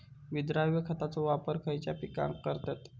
विद्राव्य खताचो वापर खयच्या पिकांका करतत?